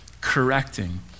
correcting